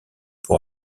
pour